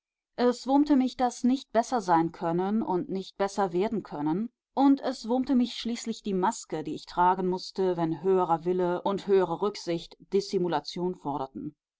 es wurmte mich das nichtbesserseinkönnen und nichtbesserwerdenkönnen und es wurmte mich schließlich die maske die ich tragen mußte wenn höherer wille und höhere rücksicht dissimulation